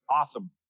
Awesome